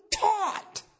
taught